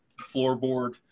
floorboard